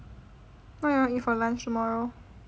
what you want eat for lunch tomorrow